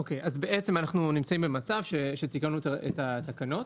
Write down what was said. אז בעצם אנחנו נמצאים במצב שתיקנו את התקנות,